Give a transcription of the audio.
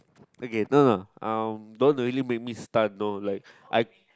okay no no um don't really make me stun no like I